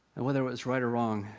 and whether it was right or wrong,